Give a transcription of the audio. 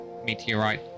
Meteorite